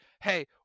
hey